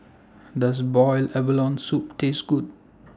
Does boiled abalone Soup Taste Good